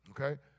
Okay